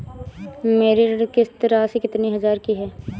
मेरी ऋण किश्त राशि कितनी हजार की है?